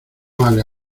vale